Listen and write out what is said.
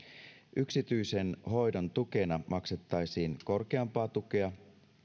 yksityisen hoidon tukena maksettaisiin korkeampaa tukea